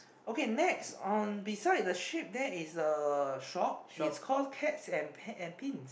okay next on beside the sheep there is a shop it's called cats and pet and pins